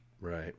right